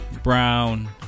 Brown